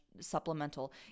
supplemental